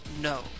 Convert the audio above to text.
No